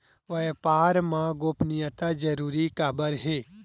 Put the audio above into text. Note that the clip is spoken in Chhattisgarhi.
व्यापार मा गोपनीयता जरूरी काबर हे?